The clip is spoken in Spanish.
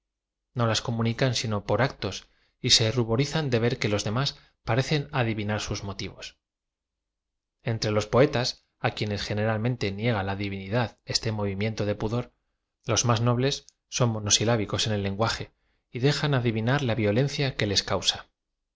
no las comunican sino por actos y se ru borizan de v e r que los demás parecen adivinar sus motivos entre les poetas á quienes generalmente niega la divinidad este movimiento de pudor los más nobles son monosilábicos en el lenguaje y dejan adivi nar la violencia que les causa